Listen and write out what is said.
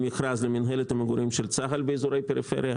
ממכרז למינהלת המגורים של צה"ל באזורי פריפריה.